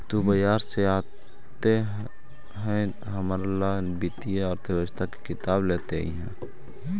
तु बाजार से आते हुए हमारा ला वित्तीय अर्थशास्त्र की किताब लेते अइहे